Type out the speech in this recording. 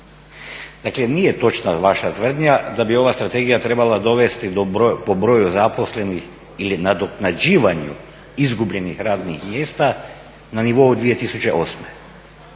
Dakle nije točna vaša tvrdnja da bi ova strategija trebala dovesti po broju zaposlenih ili nadoknađivanju izgubljenih radnih mjesta na nivou 2008.,